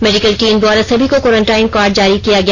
medical team द्वारा सभी को कोरेंटिन कार्ड जारी किया गया